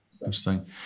Interesting